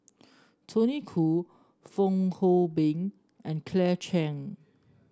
Tony Khoo Fong Hoe Beng and Claire Chiang